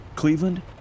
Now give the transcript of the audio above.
Cleveland